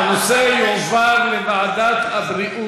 ההצעה להעביר את הנושא לוועדת העבודה,